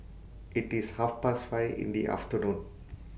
IT IS Half Past five in The afternoon